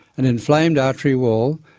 an inflamed artery wall,